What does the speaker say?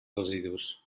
residus